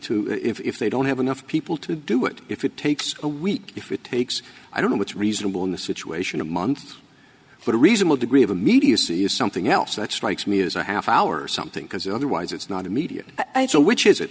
if they don't have enough people to do it if it takes a week if it takes i don't know what's reasonable in the situation a month for a reasonable degree of immediacy is something else that strikes me as a half hour something because otherwise it's not immediately which is